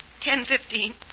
Ten-fifteen